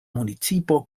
municipo